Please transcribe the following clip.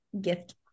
gift